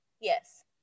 Yes